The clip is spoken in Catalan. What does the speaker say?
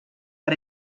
per